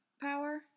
Power